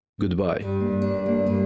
goodbye